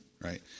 Right